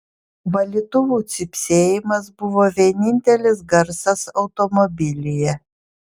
valytuvų cypsėjimas buvo vienintelis garsas automobilyje